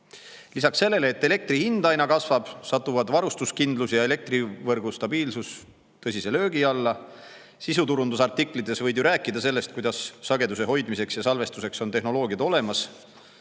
Lisaks sellele, et elektri hind aina kasvab, satuvad varustuskindlus ja elektrivõrgu stabiilsus tõsise löögi alla. Sisuturundusartiklites võib ju rääkida sellest, kuidas sageduse hoidmiseks ja salvestuseks on tehnoloogiad olemas,